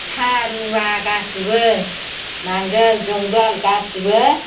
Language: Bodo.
सिखा रुवा गासिबो नागोल जुंगाल गासिबो